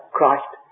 Christ